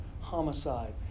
homicide